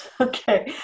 Okay